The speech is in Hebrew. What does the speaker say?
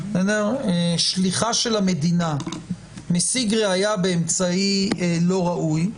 שליחה של המדינה, משיג ראיה באמצעי לא ראוי,